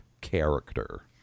character